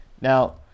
Now